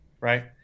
right